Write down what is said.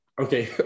okay